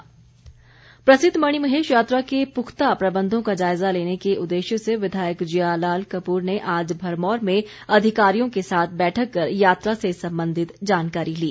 जियालाल प्रसिद्ध मणिमहेश यात्रा के पुख्ता प्रबंधों का जायजा लेने के उददेश्य से विधायक जियालाल कपूर ने आज भरमौर में अधिकारियों के साथ बैठक कर यात्रा से संबंधित जानकारी ली